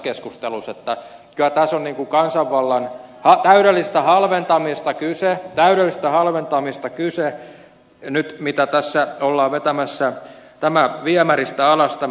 kyllä tässä on kansanvallan täydellisestä halventamisesta kyse täydellisestä halventamisesta kyse nyt kun tässä ollaan vetämässä viemäristä alas tämä uudistus